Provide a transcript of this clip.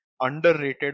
Underrated